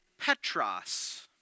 Petros